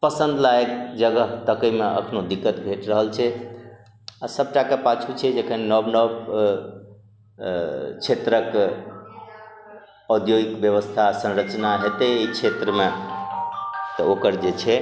पसन्द लायक जगह तक अइमे एखनो दिक्कत भेट रहल छै आओर सबटाके पाछू छै जखन नव नव क्षेत्रक औद्योगिक व्यवस्था संरचना हेतय अइ क्षेत्रमे तऽ ओकर जे छै